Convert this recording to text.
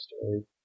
story